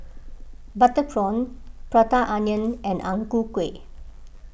Butter Prawn Prata Onion and Ang Ku Kueh